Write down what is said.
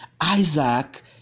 isaac